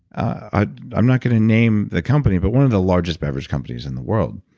ah i'm not going to name the company, but one of the largest beverage companies in the world.